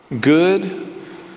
Good